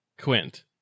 Quint